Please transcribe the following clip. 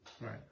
Right